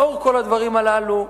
לאור כל הדברים הללו,